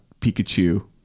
Pikachu